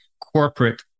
corporate